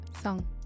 Song